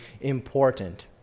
important